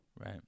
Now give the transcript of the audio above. right